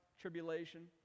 tribulation